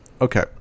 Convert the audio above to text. Okay